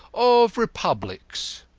of republics?